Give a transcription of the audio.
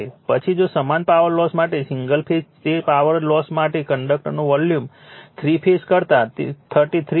પછી જો સમાન પાવર લોસ માટે સિંગલ ફેઝ તે જ પાવર લોસ માટે કંડક્ટરનું વોલ્યુમ થ્રી ફેઝ કરતા 33